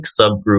subgroup